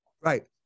Right